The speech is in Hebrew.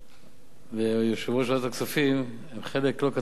ויושב-ראש ועדת הכספים הם חלק לא קטן מהתשובה,